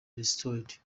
restored